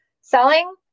selling